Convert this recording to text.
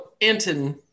anton